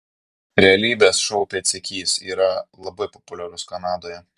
realybės šou pėdsekys yra labai populiarus kanadoje